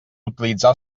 utilitzar